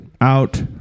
out